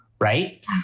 Right